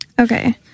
Okay